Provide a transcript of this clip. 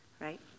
Right